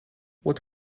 what